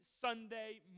Sunday